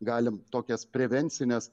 galim tokias prevencines